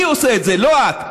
אני עושה את זה, לא את.